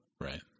right